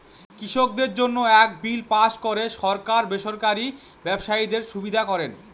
কৃষকদের জন্য এক বিল পাস করে সরকার বেসরকারি ব্যবসায়ীদের সুবিধা করেন